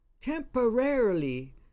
temporarily